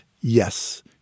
yes